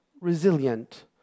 resilient